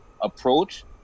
approach